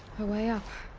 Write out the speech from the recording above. a way up.